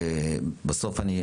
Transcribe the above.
בסוף אני,